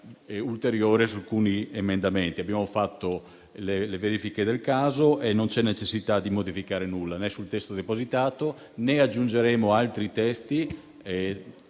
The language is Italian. ulteriore su alcuni emendamenti. Abbiamo fatto le verifiche del caso e non c'è necessità di modificare alcunché sul testo depositato, né aggiungeremo altri testi